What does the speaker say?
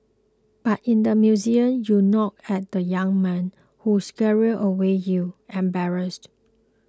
but in the museum you nod at the young man who scurry away you embarrassed